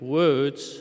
words